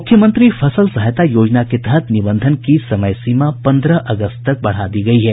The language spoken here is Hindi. मुख्यमंत्री फसल सहायता योजना के तहत निबंधन की समय सीमा पन्द्रह अगस्त तक बढ़ा दी गयी है